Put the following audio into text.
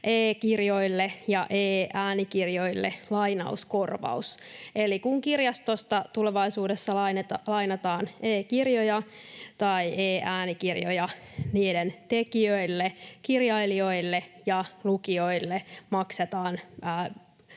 e-kirjoille ja e-äänikirjoille lainauskorvaus, eli kun kirjastosta tulevaisuudessa lainataan e-kirjoja tai e-äänikirjoja, niiden tekijöille, kirjailijoille ja lukijoille, maksetaan